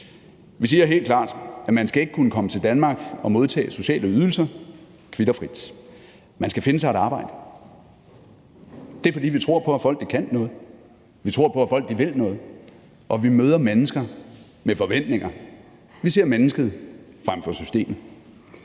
Vi siger helt klart, at man ikke skal kunne komme til Danmark og modtage sociale ydelser kvit og frit, man skal finde sig et arbejde. Det er, fordi vi tror på, at folk kan noget, vi tror på, at folk vil noget, og vi møder mennesker med forventninger. Vi ser mennesket frem for systemet.